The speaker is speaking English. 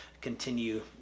continue